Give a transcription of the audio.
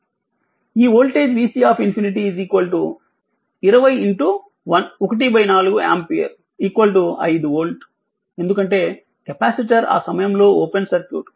ఈ voltage vC∞ 20 14 ampere 5 volt ఎందుకంటే capacitor ఆ సమయంలో ఓపెన్ సర్క్యూట్